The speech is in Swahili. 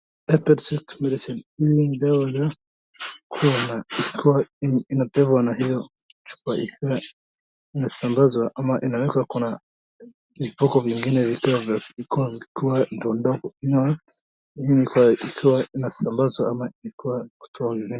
epilepsy medicine hii ni dawa za kunapewa na ikiwa inapewa na hiyo chupa ikiwa inasambazwa ama inawekwa kuna vifuko vingine vikiwa kule ndogo ndogo vikiwa vinasambazwa ama vikiwa kutoa ingine.